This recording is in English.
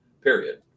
Period